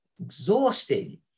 exhausted